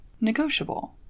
negotiable